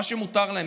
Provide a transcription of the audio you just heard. מה שמותר להם.